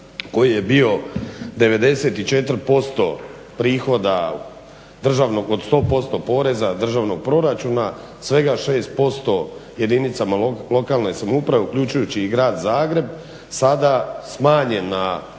koji je bio 94% prihoda državnog od 100% poreza državnog proračuna svega 6% jedinicama lokalne samouprave uključujući i grad Zagreb sada smanjen